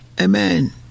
Amen